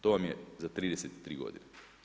To vam je za 33 godine.